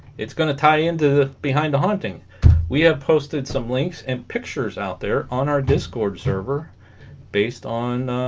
it's gonna tie into the behind the haunting we have posted some links and pictures out there on our discord server based on